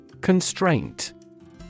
Constraint